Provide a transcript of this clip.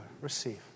Receive